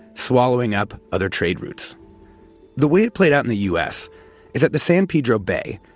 swallowing up other trade routes the way it played out in the us is at the san pedro bay,